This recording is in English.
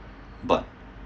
but